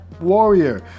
warrior